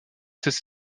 cesse